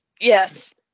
Yes